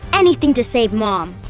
anything to save mom!